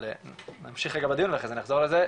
אבל נמשיך בדיון ואחרי זה נחזור לזה,